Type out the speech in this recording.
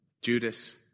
Judas